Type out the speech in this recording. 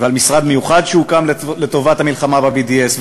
ועל משרד מיוחד שהוקם לטובת המלחמה ב-BDS,